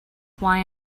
why